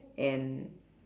and